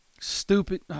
Stupid